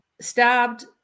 Stabbed